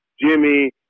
Jimmy